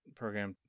program